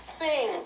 Sing